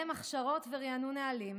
הכשרות וריענון נהלים,